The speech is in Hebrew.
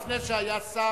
לפני שהיה שר,